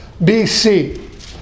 BC